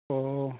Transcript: अह